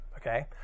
okay